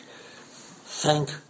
thank